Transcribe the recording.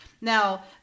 Now